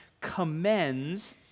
commends